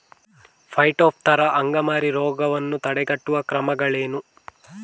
Phytophthora ಅಂಗಮಾರಿ ರೋಗವನ್ನು ತಡೆಗಟ್ಟುವ ಕ್ರಮಗಳೇನು?